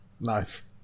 Nice